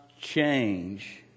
change